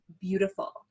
beautiful